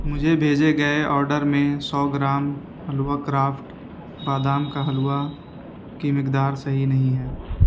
مجھے بھیجے گئے آڈر میں سو گرام حلوہ کرافٹ بادام کا حلوہ کی مقدار صحیح نہیں ہیں